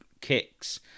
kicks